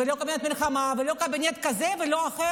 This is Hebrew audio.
לא קבינט המלחמה ולא קבינט כזה או אחר,